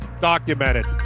documented